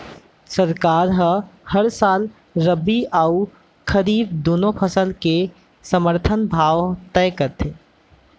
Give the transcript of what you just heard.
सरकार ह हर साल रबि अउ खरीफ दूनो फसल के समरथन भाव तय करथे